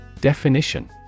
Definition